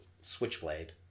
switchblade